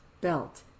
belt